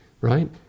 right